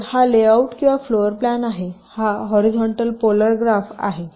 तर हा लेआऊट किंवा फ्लोर प्लॅन आहे हा हॉरीझॉन्टल पोलर ग्राफ आहे